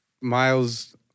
miles